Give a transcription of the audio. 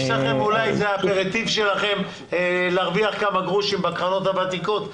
יש לכם אולי איזה נרטיב שלכם להרוויח כמה גרושים בקרנות הוותיקות,